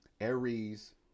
Aries